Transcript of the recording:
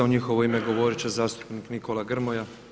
U njihovo ime govoriti će zastupnik Nikola Grmoja.